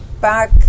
back